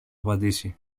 απαντήσει